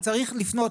צריך לפנות.